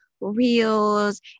reels